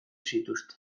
zituzten